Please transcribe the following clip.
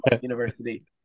university